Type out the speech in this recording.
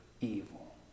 evil